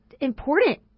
important